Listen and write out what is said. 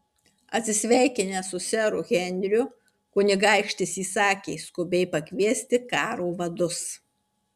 atsisveikinęs su seru henriu kunigaikštis įsakė skubiai pakviesti karo vadus